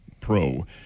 pro